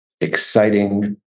exciting